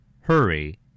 hurry